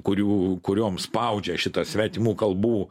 kurių kurioms spaudžia šitą svetimų kalbų